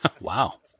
Wow